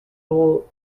pull